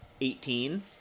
Eighteen